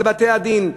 על בתי-הדין,